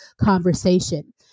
conversation